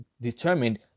determined